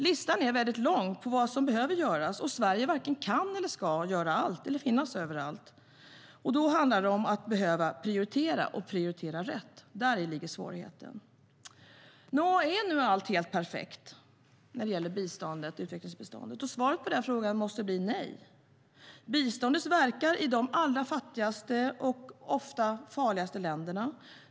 Listan är lång på vad som behöver göras, och Sverige varken kan eller ska göra allt eller finnas överallt. Då handlar det om att man behöver prioritera och prioritera rätt. Däri ligger svårigheten. Nå, är nu allt helt perfekt när det gäller biståndet? Svaret på den frågan måste bli nej. Biståndet verkar i de allra fattigaste och ofta farligaste länderna.